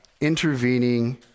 Intervening